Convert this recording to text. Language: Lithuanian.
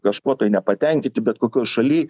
kažkuo tai nepatenkinti bet kokioj šaly